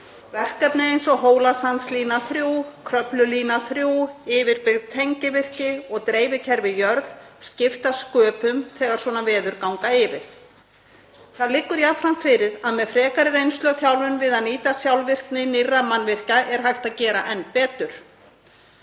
Verkefni eins og Hólasandslína 3, Kröflulína 3, yfirbyggð tengivirki og dreifikerfi í jörð skipta sköpum þegar svona veður ganga yfir. Það liggur jafnframt fyrir að með frekari reynslu og þjálfun við að nýta sjálfvirkni nýrra mannvirkja er hægt að gera enn betur.